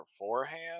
beforehand